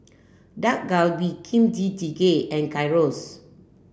Dak Galbi Kimchi Jjigae and Gyros